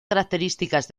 características